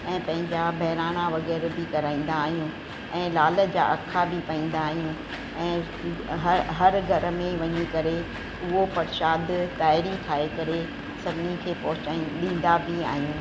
ऐं पंहिंजा बहिराण वगै़रह बि कराईंदा आहियूं ऐं लाल जा अखा बि पाईंदा आहियूं ऐं हर हर घर में वञी करे उहो परशाद तेहरी ठाहे करे सभिनि खे पहुचाए ॾींदा बि आहियूं